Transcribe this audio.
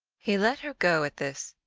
he let her go at this,